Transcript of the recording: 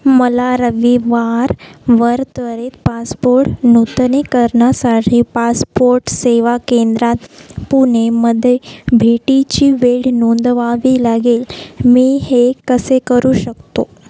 मला रविवारवर त्वरित पासपोर्ट नूतनीकरणासाठी पासपोर्ट सेवा केंद्रात पुणेमध्ये भेटीची वेळ नोंदवावी लागेल मी हे कसे करू शकतो